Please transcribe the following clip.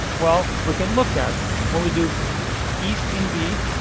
well, we can look at when we do east in b,